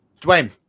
Dwayne